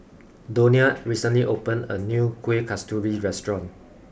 Donia recently opened a new Kuih Kasturi restaurant